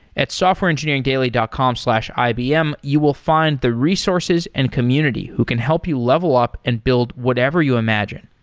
at softwareengineeringdaily dot com slash ibm you will find the resources and community who can help you level up and build whatever you imagine.